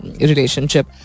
relationship